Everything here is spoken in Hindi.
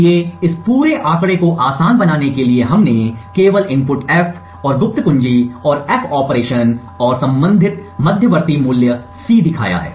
इसलिए इस पूरे आंकड़े को आसान बनाने के लिए हमने केवल इनपुट F और गुप्त कुंजी और F ऑपरेशन और संबंधित मध्यवर्ती मूल्य C दिखाया